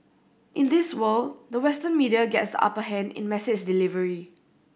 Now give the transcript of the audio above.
in this world the Western media gets the upper hand in message delivery